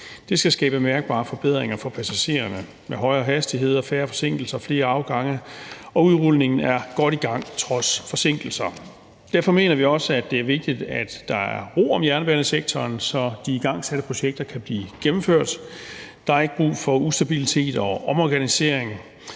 Det skal skabe mærkbare forbedringer for passagererne med højere hastigheder, færre forsinkelser, flere afgange. Og udrulningen er godt i gang trods forsinkelser. Derfor mener vi også, at det er vigtigt, at der er ro om jernbanesektoren, så de igangsatte projekter kan blive gennemført. Der er ikke brug for ustabilitet og omorganisering.